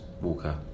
Walker